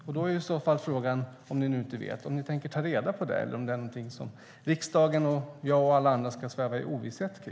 Om ni nu inte vet det är frågan om ni tänker ta reda på det eller om det är någonting som riksdagen, jag och alla andra ska sväva i ovisshet om.